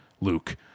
Luke